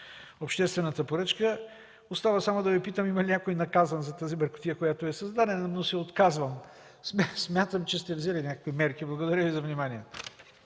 обществената поръчка. Остава само да Ви питам има ли някой наказан за тази бъркотия, която е създадена, но се отказвам. Смятам, че сте взели някакви мерки. Благодаря Ви за вниманието.